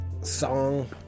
song